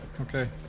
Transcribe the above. okay